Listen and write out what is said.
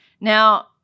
Now